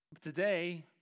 Today